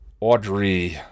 Audrey